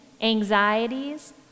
anxieties